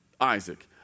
Isaac